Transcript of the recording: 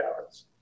hours